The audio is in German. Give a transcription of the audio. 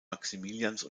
maximilians